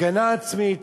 הגנה עצמית,